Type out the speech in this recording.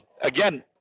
again